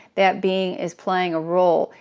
that being is playing a role.